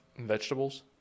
Vegetables